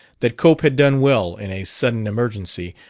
that cope had done well in a sudden emergency,